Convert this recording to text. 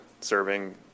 serving